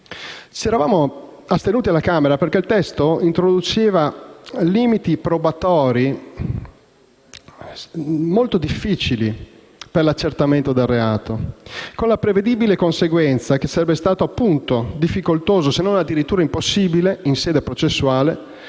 Ci eravamo astenuti perché quel testo introduceva limiti probatori molto difficili per l'accertamento del reato, con la prevedibile conseguenza che sarebbe stato, appunto, difficoltoso, se non addirittura impossibile, in sede processuale,